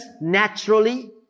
naturally